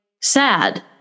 sad